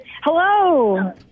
Hello